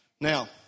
Now